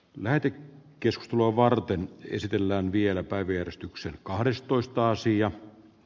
näyte keskitulovarteen esitellään vielä päivystyksen kahdestoista sija